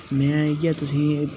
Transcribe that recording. में इ'यै तुसेंगी